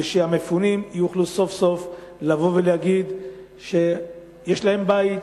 ושהמפונים יוכלו סוף-סוף לבוא ולהגיד שיש להם בית,